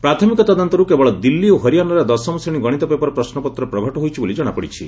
ପ୍ରାଥମିକ ତଦନ୍ତରୁ କେବଳ ଦିଲ୍ଲୀ ଓ ହରିଆନାରେ ଦଶମ ଶ୍ରେଣୀ ଗଣିତ ପେପର ପ୍ରଶ୍ୱପତ୍ର ପ୍ରଘଟ ହୋଇଛି ବୋଲି ଜଣାପଡ଼ିଛି